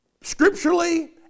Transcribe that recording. scripturally